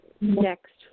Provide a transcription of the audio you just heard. next